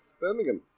Birmingham